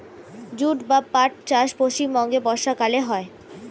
jute বা পাট চাষ পশ্চিমবঙ্গে বর্ষাকালে হয়